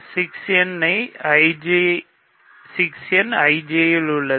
6 n என IJ இல் உள்ளது